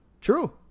True